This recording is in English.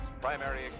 primary